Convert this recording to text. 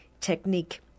technique